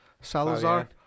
salazar